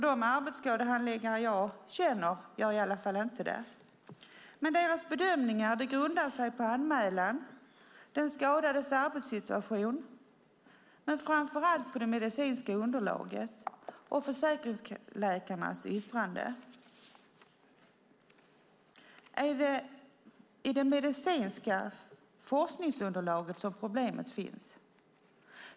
De arbetsskadehandläggare som jag känner gör i alla fall inte det. Men deras bedömningar grundar sig på anmälan, på den skadades arbetssituation men framför på det medicinska underlaget och försäkringsläkarnas yttranden. Är det i det medicinska forskningsunderlaget som problemet finns?